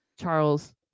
Charles